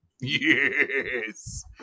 Yes